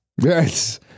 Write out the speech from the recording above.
Yes